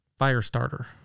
Firestarter